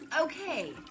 okay